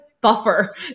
buffer